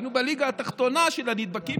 היינו בליגה התחתונה של הנדבקים.